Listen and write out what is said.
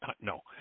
No